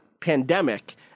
Pandemic